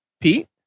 Pete